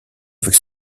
avec